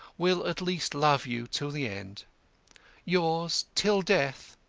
will at least love you till the end yours, till death,